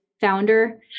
founder